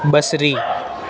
बसरी